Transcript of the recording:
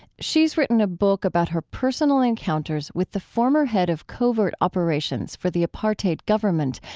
she's written a book about her personal encounters with the former head of covert operations for the apartheid government,